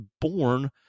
born